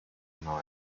ntoya